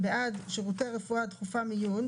בעד שירותי רפואה דחופה (מיון),